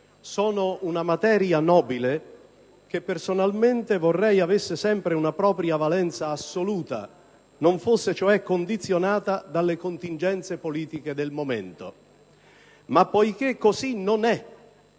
sono una materia nobile che personalmente vorrei avesse sempre una propria valenza assoluta, non fosse cioè condizionata dalle contingenze politiche del momento. Ma poiché così non è